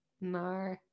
no